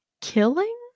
killing